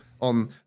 on